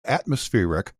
atmospheric